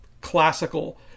classical